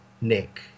Nick